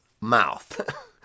mouth